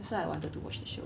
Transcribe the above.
so I wanted to watch the show